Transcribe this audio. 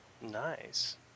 Nice